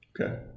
Okay